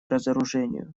разоружению